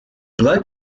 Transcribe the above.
blood